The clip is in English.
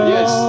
Yes